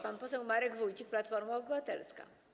Pan poseł Marek Wójcik, Platforma Obywatelska.